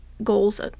goals